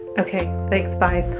ok, thanks. bye